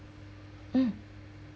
mm